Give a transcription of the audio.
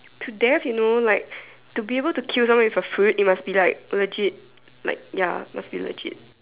to death you know like to be able to kill them with a fruit you must be like legit like ya must be legit